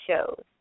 shows